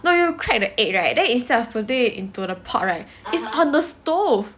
no you crack the egg right then instead of putting it into the pot right it's on the stove